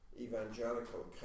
evangelical